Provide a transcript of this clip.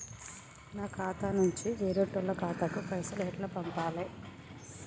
నా ఖాతా నుంచి వేరేటోళ్ల ఖాతాకు పైసలు ఎట్ల పంపాలే?